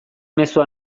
mezu